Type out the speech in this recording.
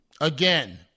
Again